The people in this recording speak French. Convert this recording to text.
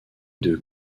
deux